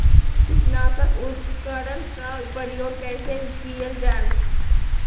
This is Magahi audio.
किटनाशक उपकरन का प्रयोग कइसे कियल जाल?